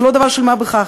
זה לא דבר של מה בכך.